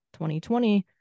2020